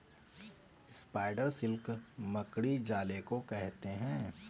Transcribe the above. spider silk मकड़ी जाले को कहते हैं